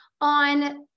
on